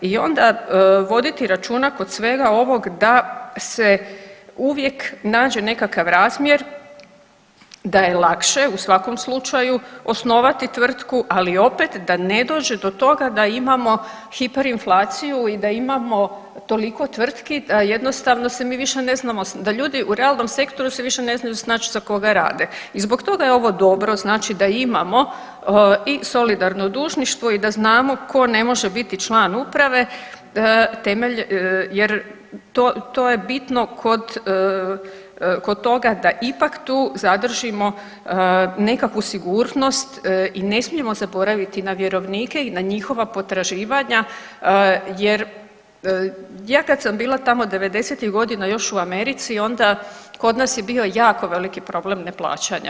I onda voditi računa kod svega ovog da se uvijek nađe nekakav razmjer da je lakše u svakom slučaju osnovati tvrtku, ali opet da ne dođe do toga da imamo hiperinflaciju i da imamo toliko tvrtki da jednostavno se mi više ne znamo, da ljudi u realnom sektoru se više ne znaju snać za koga rade i zbog je ovo dobro, znači da imamo i solidarno dužništvo i da znamo tko ne može biti član uprave jer to, to je bitno kod, kod toga da ipak tu zadržimo nekakvu sigurnost i ne smijemo zaboraviti na vjerovnike i na njihova potraživanja jer ja kad sam bila tamo '90.-tih godina još u Americi onda kod nas je bio jako veliki problem neplaćanja.